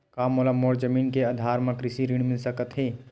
का मोला मोर जमीन के आधार म कृषि ऋण मिल सकत हे?